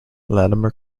latimer